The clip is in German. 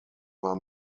war